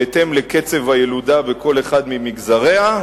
בהתאם לקצב הילודה בכל אחד ממגזריה,